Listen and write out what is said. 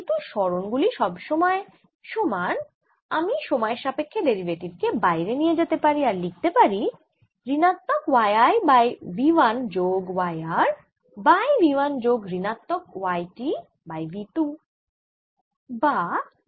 যেহেতু সরণ গুলি সব সময় সমান আমি সময়ের সাপেক্ষ্যে ডেরিভেটিভ কে বাইরে নিয়ে যেতে পারি আর লিখতে পারি ঋণাত্মক y I বাই v 1 যোগ y r বাই v 1 সমান ঋণাত্মক y t বাই v 2